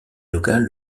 locale